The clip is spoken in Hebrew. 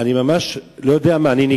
אני ממש נגעל.